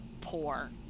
poor